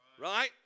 right